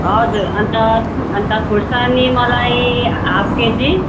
हजुर अन्त अन्त खोर्सानी मलाई हाफ केजी